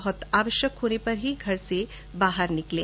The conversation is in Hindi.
बहुत आवश्यक होने पर ही घर से बाहर निकलें